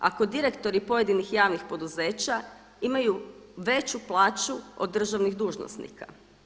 Ako direktori pojedinih javnih poduzeća imaju veću plaću od državnih dužnosnika.